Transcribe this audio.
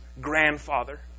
grandfather